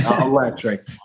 electric